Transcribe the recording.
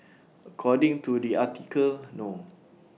according to the article no